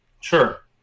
Sure